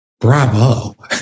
Bravo